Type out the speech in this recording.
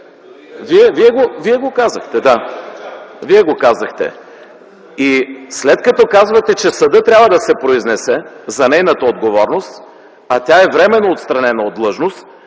Велчев.) Вие го казахте. Да! След като казвате, че съдът трябва да се произнесе за нейната отговорност, а тя е временно отстранена от длъжност,